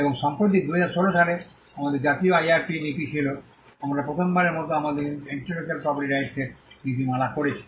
এবং সম্প্রতি 2016 সালে আমাদের জাতীয় আইআরপি নীতি ছিল আমরা প্রথমবারের মতো আমাদের ইন্টেলেকচুয়াল প্রপার্টি রাইটস এর নীতিমালা করেছি